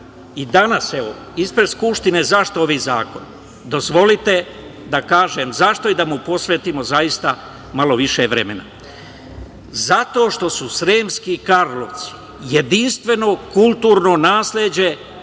i danas ispred Skupštine zašto ovaj zakon. Dozvolite da kažem zašto i da mu posvetimo zaista malo više vremena. Zato što su Sremski Karlovci jedinstveno kulturno nasleđe,